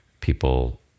people